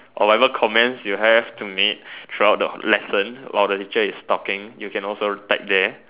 or whatever comments you have to make through out the lesson while the teacher is talking you can also type there